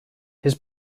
his